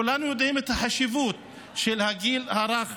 כולנו יודעים מה החשיבות של הגיל הרך